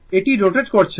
এটি রোটেট করছে